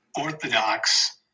orthodox